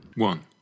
One